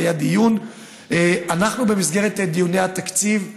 והיה דיון במסגרת דיוני התקציב.